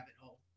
hole